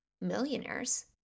millionaires